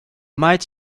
might